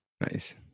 Nice